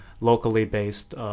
locally-based